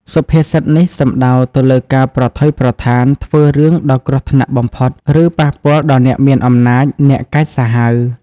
សុភាសិតនេះសំដៅទៅលើការប្រថុយប្រថានធ្វើរឿងដ៏គ្រោះថ្នាក់បំផុត ឬប៉ះពាល់ដល់អ្នកមានអំណាច អ្នកកាចសាហាវ។